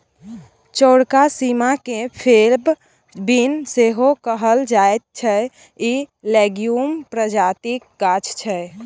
चौरका सीम केँ फेब बीन सेहो कहल जाइ छै इ लेग्युम प्रजातिक गाछ छै